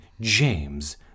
James